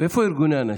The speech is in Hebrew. איפה ארגוני הנשים?